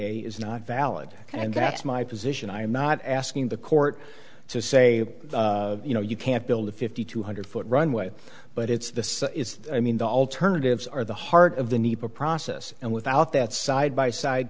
a is not valid and that's my position i am not asking the court to say you know you can't build a fifty two hundred foot runway but it's this is i mean the alternatives are the heart of the nepa process and without that side by side